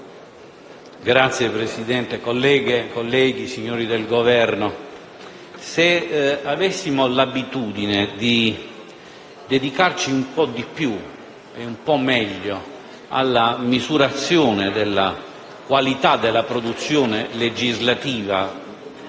Signora Presidente, colleghe e colleghi, signori del Governo, se avessimo l'abitudine di dedicarci un po' di più e un po' meglio alla misurazione della qualità della produzione legislativa,